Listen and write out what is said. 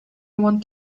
want